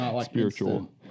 spiritual